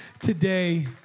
today